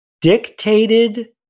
dictated